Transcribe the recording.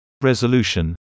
Resolution